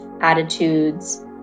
attitudes